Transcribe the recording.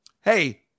hey